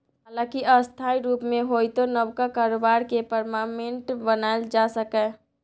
हालांकि अस्थायी रुप मे होइतो नबका कारोबार केँ परमानेंट बनाएल जा सकैए